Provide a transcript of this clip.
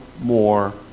more